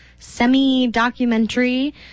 semi-documentary